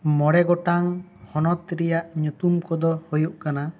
ᱢᱚᱬᱮ ᱜᱚᱴᱟᱝ ᱦᱚᱱᱚᱛ ᱨᱮᱭᱟᱜ ᱧᱩᱛᱩᱢ ᱠᱚ ᱫᱚ ᱦᱩᱭᱩᱜ ᱠᱟᱱᱟ